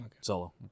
Solo